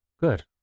Good